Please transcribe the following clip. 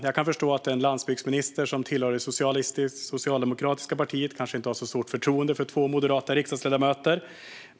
Jag kan förstå att en landsbygdsminister som tillhör det socialdemokratiska partiet kanske inte har så stort förtroende för två moderata riksdagsledamöter.